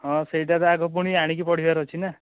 ହଁ ସେଇଟାତ ଆଗ ପୁଣି ଆଣିକି ପଢ଼ିବାର ଅଛି ନା